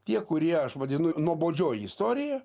tie kurie aš vadinu nuobodžioji istorija